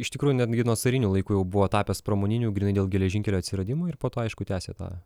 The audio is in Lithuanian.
iš tikrųjų netgi nuo carinių laikų jau buvo tapęs pramoniniu grynai dėl geležinkelio atsiradimo ir po to aišku tęsė tą